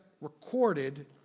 recorded